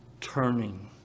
turning